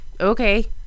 Okay